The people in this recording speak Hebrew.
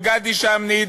גדי שמני,